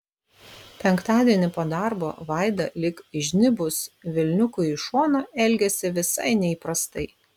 penktadienį po darbo vaida lyg įžnybus velniukui į šoną elgėsi visai neįprastai